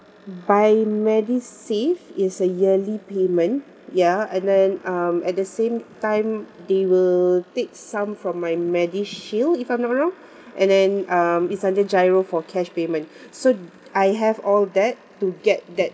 buy medisave it a yearly payment ya and then um at the same time they will take some from my medishield if I'm not wrong and then um it's under GIRO for cash payment so I have all that to get that